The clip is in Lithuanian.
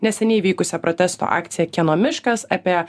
neseniai vykusią protesto akciją kieno miškas apie